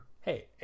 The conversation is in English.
Hey